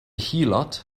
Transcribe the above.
heelot